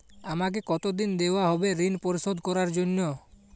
আমাকে কতদিন দেওয়া হবে ৠণ পরিশোধ করার জন্য?